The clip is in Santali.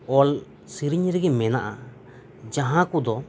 ᱚᱞ ᱥᱮᱨᱮᱧ ᱨᱮᱜᱮ ᱢᱮᱱᱟᱜᱼᱟ ᱡᱟᱦᱟᱸ ᱠᱚᱫᱚ